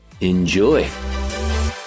Enjoy